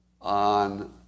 on